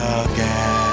again